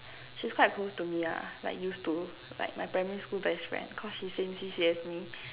she's quite close to me ah like used to like my primary school best friend cause she same C_C_A as me